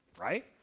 right